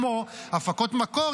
כמו הפקות מקור,